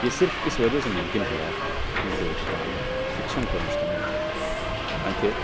یہ صرف اسی وجہ سے ممکن ہوا کیوںکہ وہ کتاب فکشن پر مشتمل تھی حالانکہ